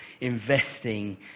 investing